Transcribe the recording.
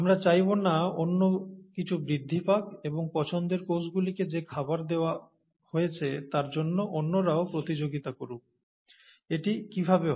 আমরা চাইব না অন্য কিছু বৃদ্ধি পাক এবং পছন্দের কোষগুলিকে যে খাবার দেওয়া হয়েছে তার জন্য অন্যরাও প্রতিযোগিতা করুক এটি কিভাবে হয়